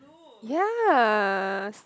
ya